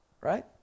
Right